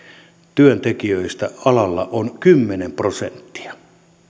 työntekijöistä alalla on kymmenen prosenttia